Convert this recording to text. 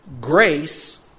grace